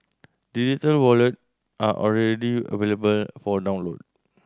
digital wallet are already available for download